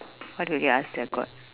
what will you ask the god